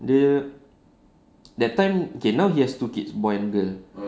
dia that time okay now he has two kids boy and girl